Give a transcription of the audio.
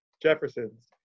jefferson's